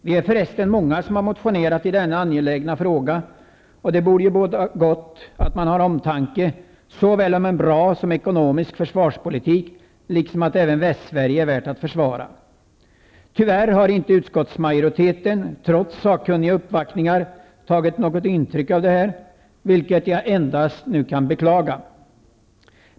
Vi är förresten många som har motionerat i denna angelägna fråga, och det borde båda gott att man har omtanke om en såväl bra som ekonomisk försvarspolitik och anser att även Västsverige är värt att försvara. Tyvärr har inte utskottsmajoriteten trots sakkunniga uppvaktningar tagit några intryck av dessa, vilket jag endast kan beklaga.